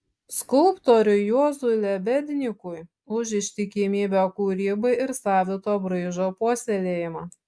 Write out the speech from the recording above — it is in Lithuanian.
skulptoriui juozui lebednykui už ištikimybę kūrybai ir savito braižo puoselėjimą